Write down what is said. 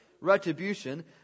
retribution